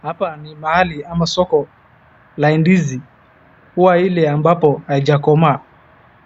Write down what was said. Hapa ni mahali ama soko la ndizi huwa ile ambapo haijakomaa,